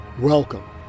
Welcome